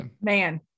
Man